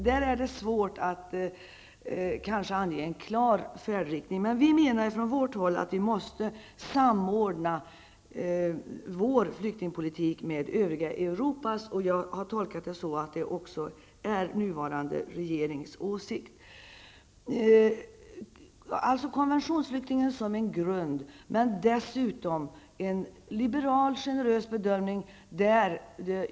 Där är det svårt att ange en klar färdriktning, men vi menar att vi måste samordna vår flyktingpolitik med övriga Europas. Jag har tolkat det så att det också är den nuvarande regeringens åsikt. Begreppet konventionsflykting kan utgöra en grund, men dessutom bör vi ha en liberal och generös bedömning.